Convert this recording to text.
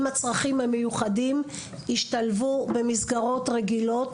הצרכים המיוחדים ישתלבו במסגרות הרגילות.